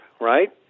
right